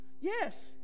yes